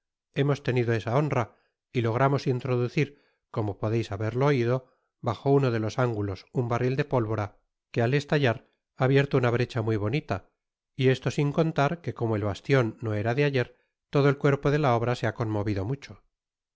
hemos tenido esa honra y logramos introducir como podeis haberlo oido bajo uno de los ángulos un barril de pótvora que al estallar ha abierto una brecha muy bonita y esto sin contar que como el bastion no era de ayer todo el cuerpo de la obra se ha conmovido mucho